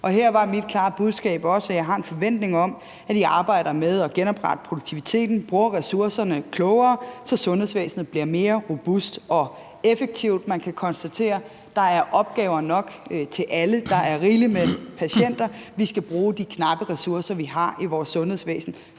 Her var mit klare budskab også, at jeg har en forventning om, at de arbejder med at genoprette produktiviteten og bruger ressourcerne klogere, så sundhedsvæsenet bliver mere robust og effektivt. Man kan konstatere, at der er opgaver nok til alle – der er rigeligt med patienter. Vi skal bruge de knappe ressourcer, vi har i vores sundhedsvæsen,